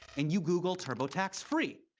and you google turbotax free.